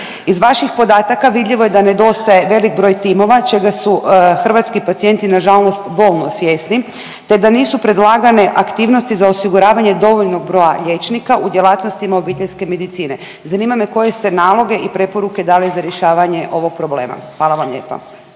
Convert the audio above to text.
Iz vaših podataka vidljivo je da nedostaje velik broj timova, čega su hrvatski pacijenti nažalost bolno svjesni te da nisu predlagane aktivnosti za osiguravanje dovoljnog broja liječnika u djelatnostima obiteljske medicine. Zanima me koje ste naloge i preporuke dali za rješavanje ovog problema. Hvala vam lijepa.